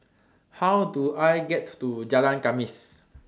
How Do I get to Jalan Khamis